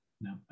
No